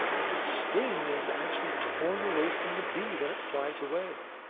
the sting is actually torn away from the bee when it flies away.